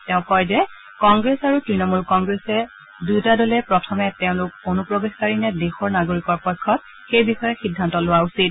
তেওঁ কয় যে কংগ্ৰেছ আৰু তণমূল কংগ্ৰেছে দুয়োটা দলে প্ৰথমে তেওঁলোক অনুপ্ৰৱেশকাৰী নে দেশৰ নাগৰিকৰ পক্ষত সেই বিষয়ে সিদ্ধান্ত লোৱা উচিত